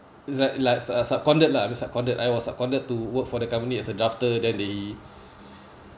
it's like like uh seconded lah I mean seconded I was seconded to work for the company as a drafter then they